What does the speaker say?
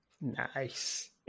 Nice